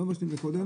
לא מבשלים קודם.